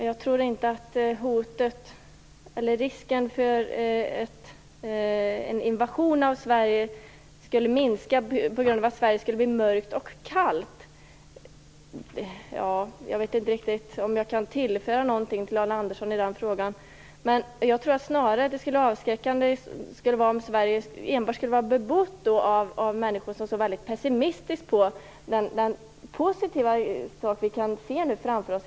Fru talman! Jag tror inte att risken för en invasion av Sverige skulle minska på grund av att Sverige skulle bli mörkt och kallt. Jag vet inte riktigt om jag kan tillföra något i den frågan. Jag tror snarare att det skulle vara avskräckande om Sverige enbart skulle vara bebott av människor som är så pessimistiska. Det är ju något positivt som vi kan se framför oss.